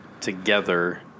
together